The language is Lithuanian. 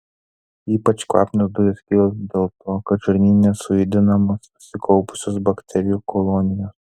ypač kvapnios dujos kyla dėl to kad žarnyne sujudinamos susikaupusios bakterijų kolonijos